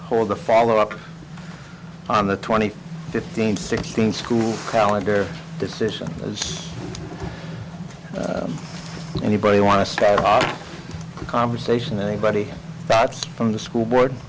hold a follow up on the twenty fifteen sixteen school calendar decision anybody want to start off a conversation anybody back from the school board